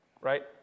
Right